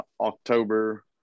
October